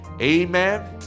Amen